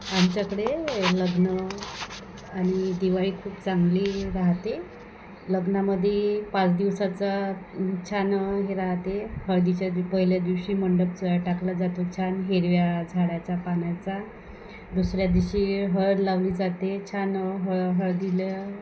आमच्याकडे लग्न आणि दिवाळी खूप चांगली राहाते लग्नामध्ये पाच दिवसाचा छान हे राहाते हळदीच्या दिव पहिल्या दिवशी मंडपाचं टाकला जातो छान हिरव्या झाडाचा पानाचा दुसऱ्या दिवशी हळद लावली जाते छान हळ हळदीला